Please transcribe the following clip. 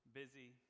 busy